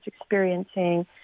experiencing